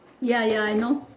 ya ya I know